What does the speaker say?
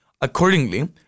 Accordingly